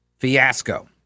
Fiasco